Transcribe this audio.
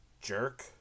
jerk